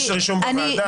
יש רישום בוועדה.